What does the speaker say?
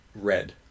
red